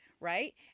Right